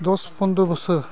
दस फन्द्र बोसोर